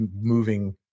moving